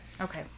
Okay